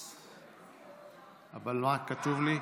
מה כתוב לי?